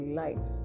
life